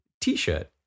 t-shirt